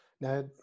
now